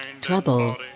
trouble